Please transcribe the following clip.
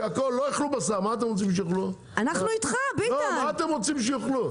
לא יאכלו בשר מה אתם רוצים שיאכלו?